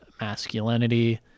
masculinity